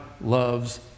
loves